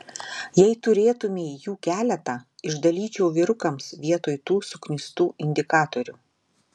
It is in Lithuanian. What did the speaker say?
jei turėtumei jų keletą išdalyčiau vyrukams vietoj tų suknistų indikatorių